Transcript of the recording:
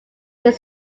there